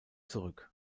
zurück